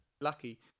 lucky